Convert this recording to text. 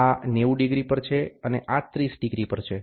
આ 90 ડિગ્રી પર છે અને આ 30 ડિગ્રી પર છે